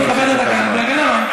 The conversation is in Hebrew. אדוני, להגן עליי.